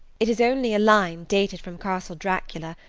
it is only a line dated from castle dracula,